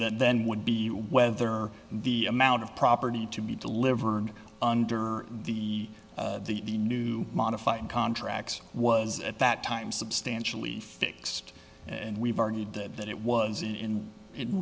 then would be whether the amount of property to be delivered under the the new modified contract was at that time substantially fixed and we've argued that that it was in